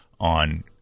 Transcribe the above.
on